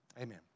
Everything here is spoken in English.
Amen